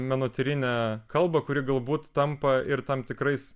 menotyrinę kalbą kuri galbūt tampa ir tam tikrais